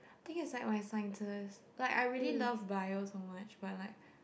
I think is like my Sciences but I really love Bio so much but like